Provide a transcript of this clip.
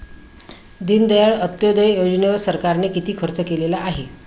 दीनदयाळ अंत्योदय योजनेवर सरकारने किती खर्च केलेला आहे?